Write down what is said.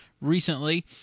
recently